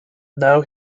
now